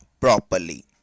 properly